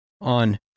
on